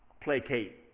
placate